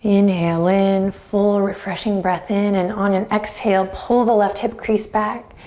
inhale in, full refreshing breath in and on an exhale pull the left hip crease back.